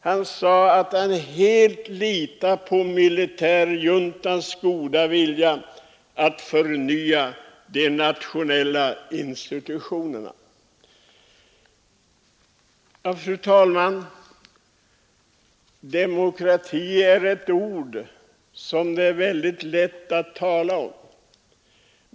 Han säger att han helt litar på militärjuntans goda vilja att förnya de nationella institutionerna. Fru talman! Demokrati är ett ord som det är väldigt lätt att tala om.